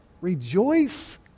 Rejoice